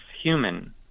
human